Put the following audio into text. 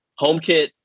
HomeKit